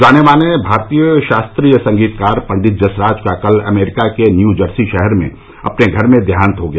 जाने माने भारतीय शास्त्रीय संगीतकार पंडित जसराज का कल अमरीका के न्यू जर्सी शहर में अपने घर में देहांत हो गया